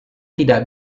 tidak